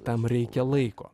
tam reikia laiko